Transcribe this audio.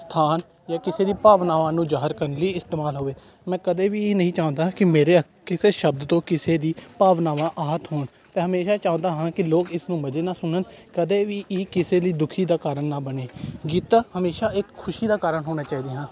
ਸਥਾਨ ਜਾਂ ਕਿਸੇ ਦੀ ਭਾਵਨਾਵਾਂ ਨੂੰ ਜ਼ਾਹਿਰ ਕਰਨ ਲਈ ਇਸਤੇਮਾਲ ਹੋਵੇ ਮੈਂ ਕਦੇ ਵੀ ਇਹ ਨਹੀਂ ਚਾਹੁੰਦਾ ਕਿ ਮੇਰੇ ਕਿਸੇ ਸ਼ਬਦ ਤੋਂ ਕਿਸੇ ਦੀ ਭਾਵਨਾਵਾਂ ਹਰਟ ਹੋਣ 'ਤੇ ਹਮੇਸ਼ਾਂ ਚਾਹੁੰਦਾ ਹਾਂ ਕਿ ਲੋਕ ਇਸ ਨੂੰ ਮਜ਼ੇ ਨਾਲ ਸੁਣਨ ਕਦੇ ਵੀ ਇਹ ਕਿਸੇ ਲਈ ਦੁਖੀ ਦਾ ਕਾਰਨ ਨਾ ਬਣੇ ਗੀਤਾਂ ਹਮੇਸ਼ਾਂ ਇੱਕ ਖੁਸ਼ੀ ਦਾ ਕਾਰਨ ਹੋਣਾ ਚਾਹੀਦੇ ਹਾਂ